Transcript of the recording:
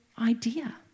idea